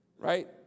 right